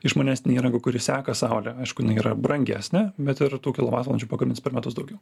išmanesnę įrangą kuri seka saulę aišku jinai yra brangesnė bet ir tų kilovatvalandžių pagamins per metus daugiau